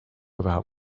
about